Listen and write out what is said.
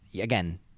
again